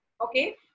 Okay